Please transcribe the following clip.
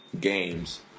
games